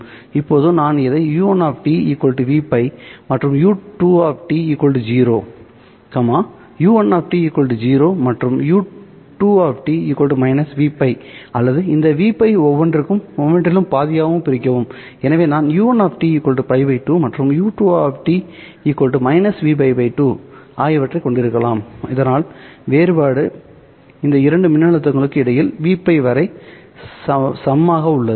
இப்போது நான் இதை u1 Vπ மற்றும் u2 0 u1 0 மற்றும் u2 Vπ அல்லது இந்த Vπ ஐ ஒவ்வொன்றிலும் பாதியாகப் பிரிக்கவும் எனவே நான் u1 π 2 மற்றும் u2 Vπ 2 ஆகியவற்றைக் கொண்டிருக்கலாம் இதனால் வேறுபாடு இந்த இரண்டு மின்னழுத்தங்களுக்கு இடையில் Vπ வரை சம் உள்ளது